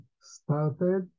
started